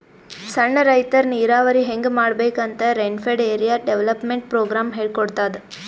ಸಣ್ಣ್ ರೈತರ್ ನೀರಾವರಿ ಹೆಂಗ್ ಮಾಡ್ಬೇಕ್ ಅಂತ್ ರೇನ್ಫೆಡ್ ಏರಿಯಾ ಡೆವಲಪ್ಮೆಂಟ್ ಪ್ರೋಗ್ರಾಮ್ ಹೇಳ್ಕೊಡ್ತಾದ್